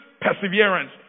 perseverance